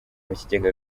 mukigega